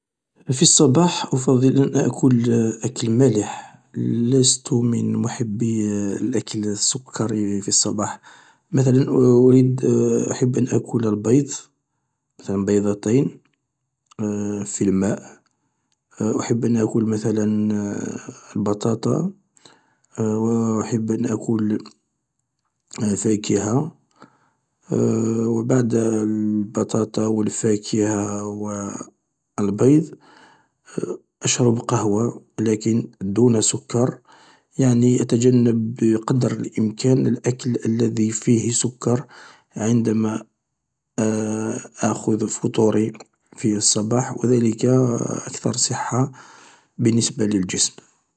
في الصباح أفضل أن آكل أكل مالح لست من محبي الأكل السكري في الصباح مثلا أريد أحب أن آكل البيض مثلا بيضتين في الماء أحب أن آكل مثلا بطاطا و أحب أن آكل فاكهة و بعد البطاطا و الفاكهة و البيض أشرب قهوة لكن دون سكر يعني أتجنب قدر الإمكان الأكل الذي فيه سكر عندما آخذ فطوري في الصباح و ذلك أكثر صحة بالنسبة للجسم.